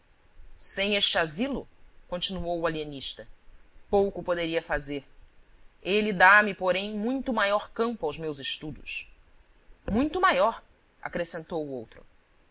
sem este asilo continuou o alienista pouco poderia fazer ele dá-me porém muito maior campo aos meus estudos muito maior acrescentou o outro